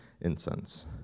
incense